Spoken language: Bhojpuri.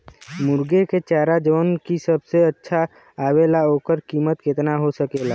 मुर्गी के चारा जवन की सबसे अच्छा आवेला ओकर कीमत केतना हो सकेला?